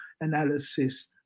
analysis